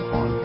on